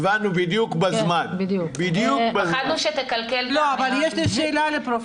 אבל יש לי שאלה לפרופ'